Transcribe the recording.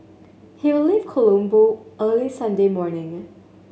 he will leave Colombo early Sunday morning